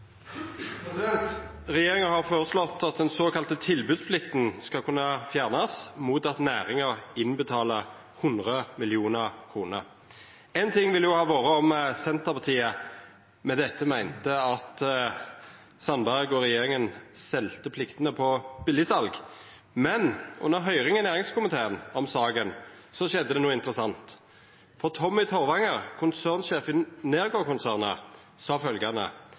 Regjeringa har føreslått at den såkalla tilbodsplikta skal kunne fjernast mot at næringa innbetaler 100 mill. kr. Ein ting ville ha vore at Senterpartiet med dette meinte at Sandberg og regjeringa selde pliktene på billegsal, men under høyring i næringskomiteen om saka, skjedde det noko interessant. Tommy Torvanger, konsernsjef i Nergård-konsernet, sa